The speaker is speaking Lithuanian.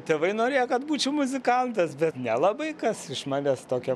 tėvai norėjo kad būčiau muzikantas bet nelabai kas iš manęs tokio